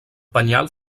penyal